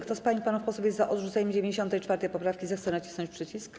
Kto z pań i panów posłów jest za odrzuceniem 94. poprawki, zechce nacisnąć przycisk.